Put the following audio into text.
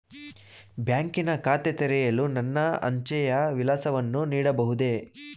ಬ್ಯಾಂಕಿನ ಖಾತೆ ತೆರೆಯಲು ನನ್ನ ಅಂಚೆಯ ವಿಳಾಸವನ್ನು ನೀಡಬಹುದೇ?